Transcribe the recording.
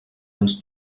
ens